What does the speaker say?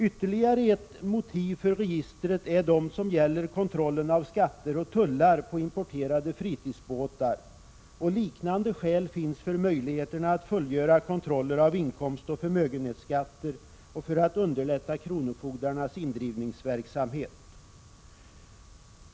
Ytterligare motiv för registret är de som gäller kontrollen av skatter och tullar på importerade fritidsbåtar. Liknande skäl finns när det gäller möjligheterna att fullgöra kontroller av inkomstoch förmögenhetsskatter och att underlätta kronofogdarnas indrivningsverksamhet.